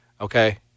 okay